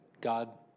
God